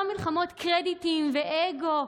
ללא מלחמות קרדיטים ואגו,